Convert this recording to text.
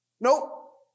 nope